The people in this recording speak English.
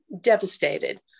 devastated